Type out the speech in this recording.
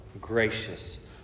gracious